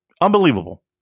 Unbelievable